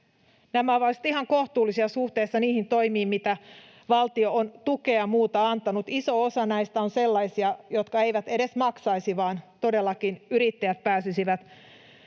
Nämä ovat ihan kohtuullisia suhteessa niihin toimiin, mitä valtio on tukea ja muuta antanut. Iso osa näistä on sellaisia, jotka eivät edes maksaisi, vaan todellakin yrittäjät pääsisivät